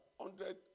hundred